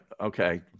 Okay